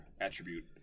attribute